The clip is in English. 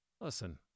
Listen